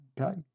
Okay